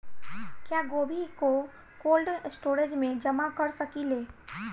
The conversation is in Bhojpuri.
क्या गोभी को कोल्ड स्टोरेज में जमा कर सकिले?